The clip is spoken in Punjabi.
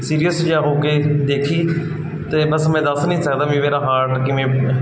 ਸੀਰੀਅਸ ਜਿਹਾ ਹੋ ਕੇ ਦੇਖੀ ਅਤੇ ਬਸ ਮੈਂ ਦੱਸ ਨਹੀਂ ਸਕਦਾ ਵੀ ਮੇਰਾ ਹਾਰਟ ਕਿਵੇਂ